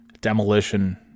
Demolition